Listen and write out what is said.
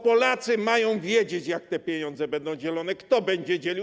Polacy mają wiedzieć, jak te pieniądze będą dzielone i kto je będzie dzielił.